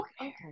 Okay